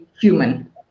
human